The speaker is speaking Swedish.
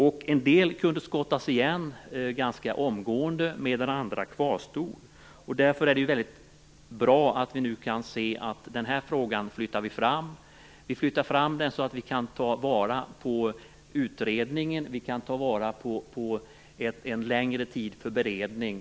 En del av dem kunde skottas igen ganska omgående, medan andra kvarstod. Därför är det bra att den här frågan nu kan flyttas fram. På så sätt kan vi ta vara på utredningen, och vi kan ta vara på en längre tid för beredning.